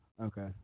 Okay